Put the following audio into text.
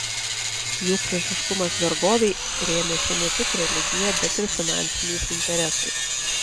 jų priešiškumas vergovei rėmėsi ne tik religija bet ir finansiniais interesais